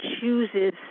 chooses